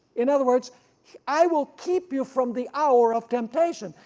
in other words i will keep you from the hour of temptation,